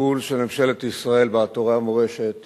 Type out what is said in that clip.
הטיפול של ממשלת ישראל באתרי המורשת